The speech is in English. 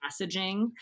messaging